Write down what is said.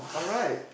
alright